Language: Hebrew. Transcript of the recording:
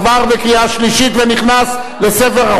שפשוט תביא את זה כהצעת חוק ולא שוב כהארכה ועוד הארכה של הוראת